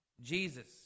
Jesus